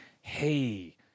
hey